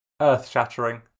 Earth-shattering